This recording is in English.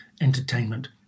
entertainment